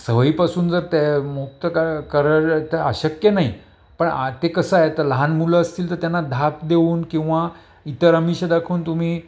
सवयीपासून जर त्या मुक्त करता अशक्य नाही पण ते कसं आहे तर लहान मुलं असतील तर त्यांना धाप देऊन किंवा इतर अमिष दाखवून तुम्ही